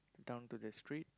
down to the street